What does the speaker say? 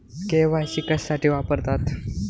KYC कशासाठी वापरतात?